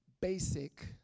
basic